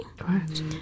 Right